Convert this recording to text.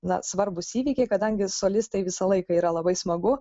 na svarbūs įvykiai kadangi solistai visą laiką yra labai smagu